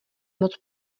moc